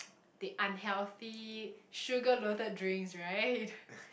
the unhealthy sugar loaded drinks right